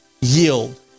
yield